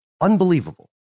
Unbelievable